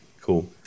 Cool